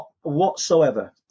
whatsoever